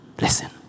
listen